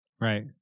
Right